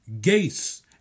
Gates